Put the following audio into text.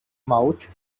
mouth